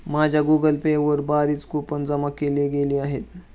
माझ्या Google Pay वर बरीच कूपन जमा केली गेली आहेत